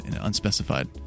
unspecified